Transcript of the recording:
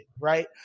right